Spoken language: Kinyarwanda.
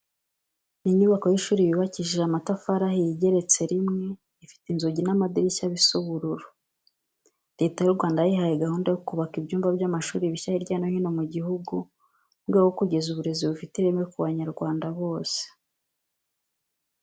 Ni inyubako y'ishuri yubakishije amatafari ahiye igeretse rimwe, ifite inzugi n'amadirishya bisa ubururu. Leta y'u Rwanda yihaye gahunda yo kubaka ibyumba by'amashuri bishya hirya no hino mu gihugu mu rwego rwo kugeza uburezi bufite ireme ku Banyarwanda bose.